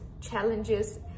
challenges